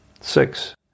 Six